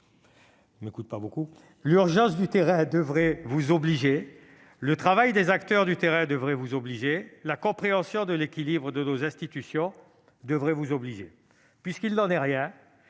de votre jeu politique. L'urgence du terrain devrait vous obliger ; le travail des acteurs de terrain devrait vous obliger ; la compréhension de l'équilibre de nos institutions devrait vous obliger ! Puisqu'il n'en est rien,